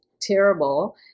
terrible